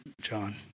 John